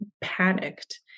panicked